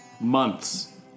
months